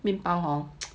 面包 hor